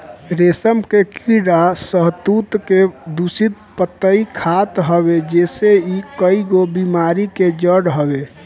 रेशम के कीड़ा शहतूत के दूषित पतइ खात हवे जेसे इ कईगो बेमारी के जड़ हवे